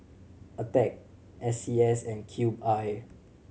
Attack S C S and Cube I